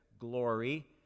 glory